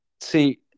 See